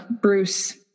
bruce